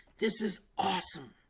this is awesome